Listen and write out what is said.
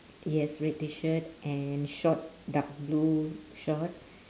yes red T-shirt and short dark blue short